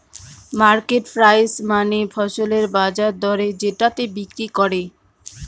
market price মানে ফসলের বাজার দরে যেটাতে বিক্রি করে